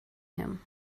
him